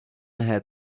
had